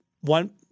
one